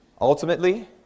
Ultimately